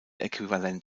äquivalent